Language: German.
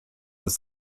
des